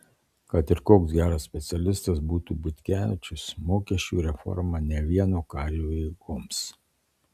kad ir koks geras specialistas būtų butkevičius mokesčių reforma ne vieno kario jėgoms